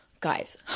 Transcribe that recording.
guys